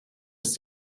ist